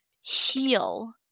heal